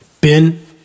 Ben